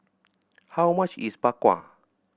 how much is Bak Kwa